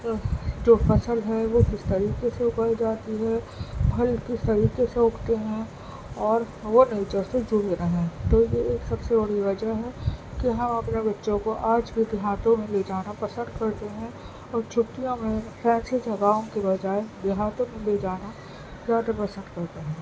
جو فصل ہے وہ کس طریقے سے بوئی جاتی ہے پھل کس طریقے سے اگتے ہیں اور وہ نیچر سے جڑے رہیں تو یہ ایک سب سے بڑی وجہ ہے کہ ہم اپنے بچوں کو آج بھی دیہاتوں میں لے جانا پسند کرتے ہیں اور چھٹیوں میں ایسی جگہوں کے بجائے دیہاتوں میں لے جانا زیادہ پسند کرتے ہیں